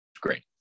great